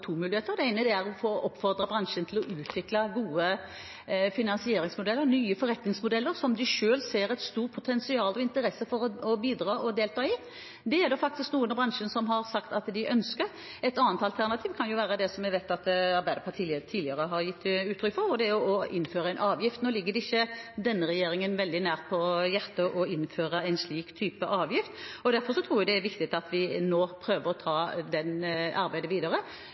Det ene er å oppfordre bransjen til å utvikle gode finansieringsmodeller og nye forretningsmodeller som de selv ser et stort potensial i og interesse for å bidra og delta i. Det er det faktisk noen i bransjen som har sagt at de ønsker. Et annet alternativ kan være det som jeg vet at Arbeiderpartiet tidligere har gitt uttrykk for, og det er å innføre en avgift. Nå ligger det ikke denne regjeringens hjerte veldig nært å innføre en slik type avgift, og derfor tror jeg at det er viktig at vi nå prøver å ta det arbeidet videre.